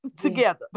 Together